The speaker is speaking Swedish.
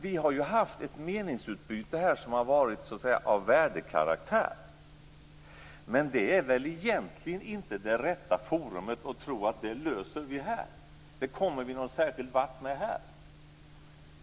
Vi har ju haft ett meningsutbyte här som så att säga har varit av värdekaraktär. Men här är väl egentligen inte rätt forum för att lösa detta. Det kommer vi väl inte någon vart med här.